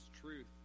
truth